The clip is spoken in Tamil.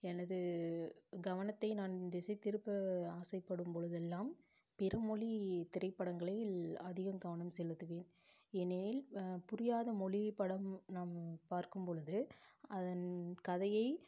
எனது கவனத்தை நான் திசை திருப்ப ஆசைப்படும் பொழுதெல்லாம் பிற மொழி திரைப்படங்களில் அதிகம் கவனம் செலுத்துவேன் ஏனெனில் புரியாத மொழி படம் நாம் பார்க்கும்பொழுது அதன் கதையை